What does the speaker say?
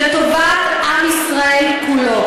חצופות אתן.